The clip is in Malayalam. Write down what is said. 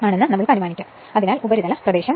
അതിനാൽ ഉപരിതല പ്രദേശം